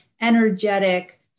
energetic